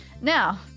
now